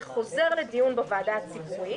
זה חוזר לדיון בוועדה הציבורית.